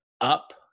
up